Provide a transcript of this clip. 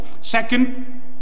Second